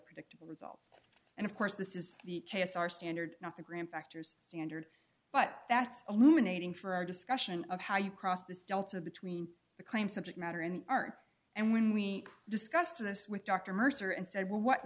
predictable results and of course this is the case our standard not the grand factors standard but that's alumina aiding for our discussion of how you cross this delta between the claim subject matter and art and when we discussed this with dr mercer and said well what